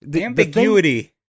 Ambiguity